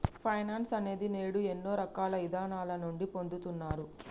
finance అనేది నేడు ఎన్నో రకాల ఇదానాల నుండి పొందుతున్నారు